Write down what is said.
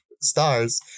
stars